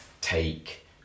take